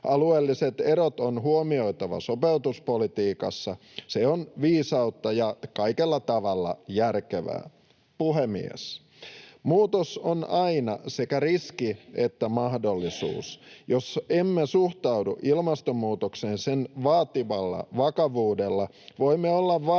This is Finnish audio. Alueelliset erot on huomioitava sopeutuspolitiikassa. Se on viisautta ja kaikella tavalla järkevää. Puhemies! Muutos on aina sekä riski että mahdollisuus. Jos emme suhtaudu ilmastonmuutokseen sen vaatimalla vakavuudella, voimme olla varmoja,